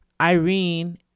Irene